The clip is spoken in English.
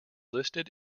listed